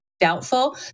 Doubtful